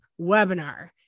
webinar